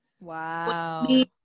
Wow